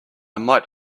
might